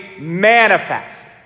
manifest